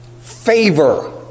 favor